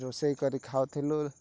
ରୋଷେଇ କରି ଖାଉଥିଲୁ